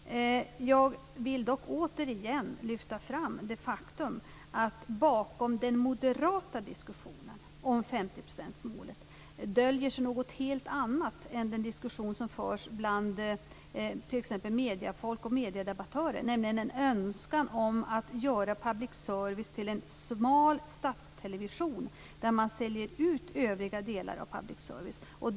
Jag vill dock återigen lyfta fram det faktum att bakom den moderata diskussionen om 50 procentsmålet döljer sig något helt annat än den diskussion som förs t.ex. bland mediefolk och mediedebattörer, nämligen en önskan att göra public service till en smal statstelevision, där man säljer ut övriga delar av public service.